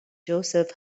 joseph